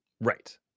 Right